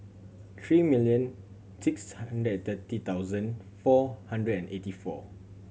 three million six hundred thirty thousand four hundred and eighty four